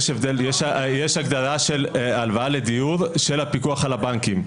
יש הגדרה של הלוואה לדיור של הפיקוח על הבנקים.